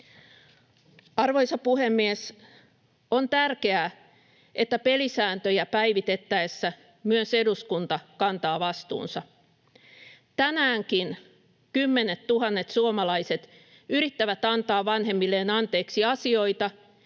Arvoisa puhemies! On tärkeää, että pelisääntöjä päivitettäessä myös eduskunta kantaa vastuunsa. Tänäänkin kymmenettuhannet suomalaiset yrittävät antaa vanhemmilleen anteeksi asioita,